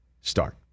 start